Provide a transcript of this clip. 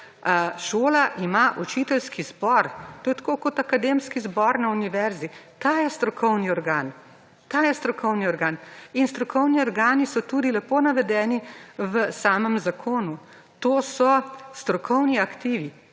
šola ima učiteljski zbor. To je tako kot akademski zbor na univerzi. Ta je strokovni organ. Ta je strokovni organ. In strokovni organi so tudi lepo navedeni v samem zakonu. To so strokovni aktivi,